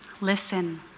listen